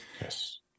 Yes